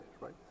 right